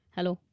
Hello